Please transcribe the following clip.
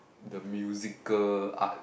the musical arts